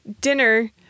Dinner